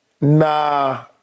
Nah